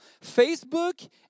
Facebook